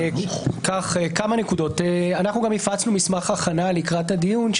הפצנו מסמך הכנה לקראת הדיון,